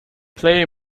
play